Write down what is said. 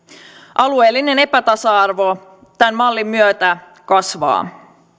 alueellinen epätasa arvo tämän mallin myötä kasvaa